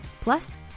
Plus